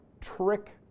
trick